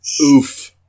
Oof